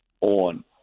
on